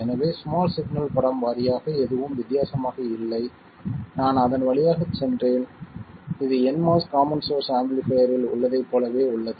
எனவே small signal படம் வாரியாக எதுவும் வித்தியாசமாக இல்லை நான் அதன் வழியாகச் சென்றேன் இது nMOS காமன் சோர்ஸ் ஆம்பிளிஃபைர்ரில் உள்ளதைப் போலவே உள்ளது